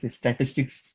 statistics